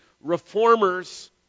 Reformers